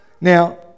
Now